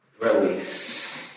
Release